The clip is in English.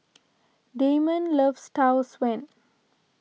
Dameon loves Tau Suan